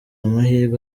amahirwe